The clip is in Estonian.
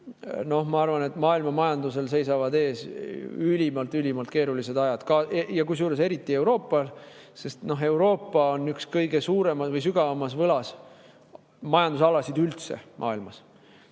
ma arvan, et maailmamajandusel seisavad ees ülimalt keerulised ajad. Ja eriti Euroopal, sest Euroopa on üks kõige suuremas või kõige sügavamas võlas majandusalasid üldse maailmas.